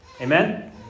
Amen